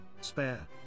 Spare